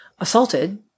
Assaulted